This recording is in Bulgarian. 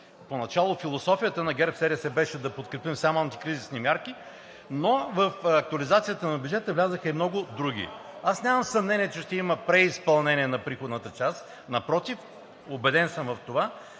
Поначало философията на ГЕРБ-СДС беше да подкрепим само антикризисни мерки, но в актуализацията на бюджета влязоха и много други. Аз нямам съмнение, че ще има преизпълнение на приходната част. Напротив, убеден съм в това,